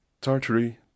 Tartary